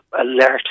alert